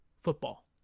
football